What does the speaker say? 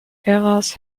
eras